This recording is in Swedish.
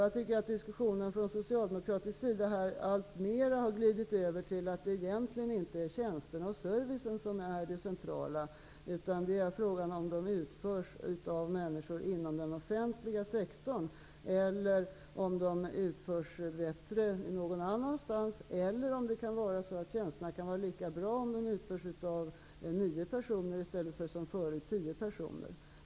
Jag tycker att diskussionen från socialdemokratisk sida allt mera har glidit över till att det egentligen inte är tjänsterna och servicen som är det centrala utan frågan om arbetet utförs av människor inom den offentliga sektorn eller om det utförs bättre någon annanstans eller om det kan vara så att tjänsterna kan vara lika bra om de utförs av nio personer i stället för som förut tio personer.